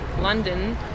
London